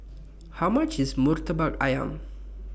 How much IS Murtabak Ayam